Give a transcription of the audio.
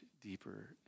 deeper